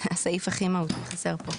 סעיף הכי מהותי חסר פה.